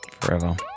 Forever